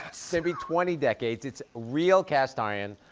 so maybe twenty decades. it's real cast iron,